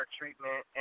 treatment